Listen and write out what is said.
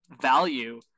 value